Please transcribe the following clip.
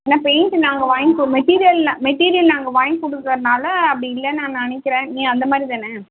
ஏன்னால் பெயிண்ட் நாங்கள் வாங்கி கொடு மெட்டீரியல் மெட்டீரியல் நாங்கள் வாங்கி கொடுக்குறனால அப்படி இல்லைனு நான் நினைக்கிறேன் ஏன் அந்தமாதிரி தானே